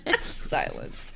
silence